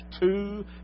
two